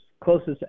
closest